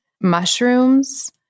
mushrooms